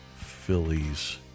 Phillies